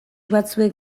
batzuek